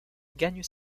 gagne